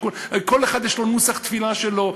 כל אחד יש לו נוסח תפילה שלו.